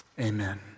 Amen